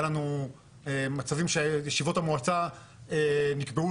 היה לנו מצבים שישיבות המועצה נקבעו